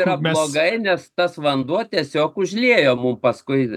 yra blogai nes tas vanduo tiesiog užliejo mum paskui